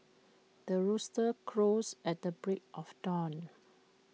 the rooster crows at the break of dawn